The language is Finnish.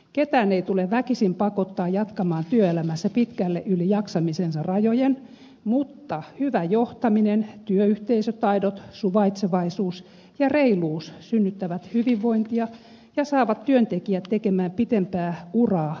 ketään ei tule väkisin pakottaa jatkamaan työelämässä pitkälle yli jaksamisensa rajojen mutta hyvä johtaminen työyhteisötaidot suvaitsevaisuus ja reiluus synnyttävät hyvinvointia ja saavat työntekijät tekemään pitempää uraa omasta tahdostaan